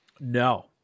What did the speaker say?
No